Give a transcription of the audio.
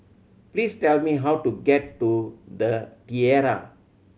please tell me how to get to The Tiara